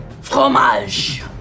Fromage